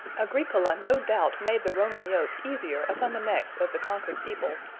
agricola no doubt made the roman yoke easier upon the necks of the conquered people,